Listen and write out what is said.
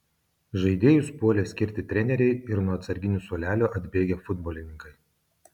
žaidėjus puolė skirti treneriai ir nuo atsarginių suolelio atbėgę futbolininkai